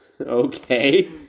Okay